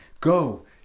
Go